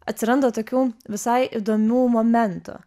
atsiranda tokių visai įdomių momentų